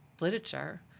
literature